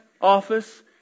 office